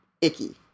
icky